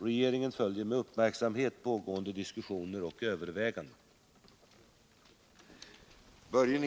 Regeringen följer med uppmärksamhet pågående diskussioner och överväganden.